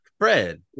Fred